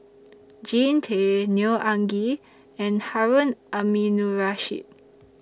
Jean Tay Neo Anngee and Harun Aminurrashid